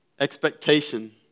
expectation